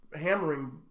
hammering